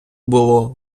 було